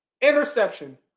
interception